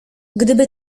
gdyby